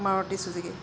Maruti Suzuki